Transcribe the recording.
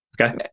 Okay